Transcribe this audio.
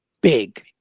big